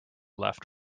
left